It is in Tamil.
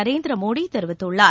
நரேந்திர மோதி தெரிவித்துள்ளார்